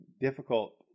difficult